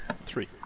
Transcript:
Three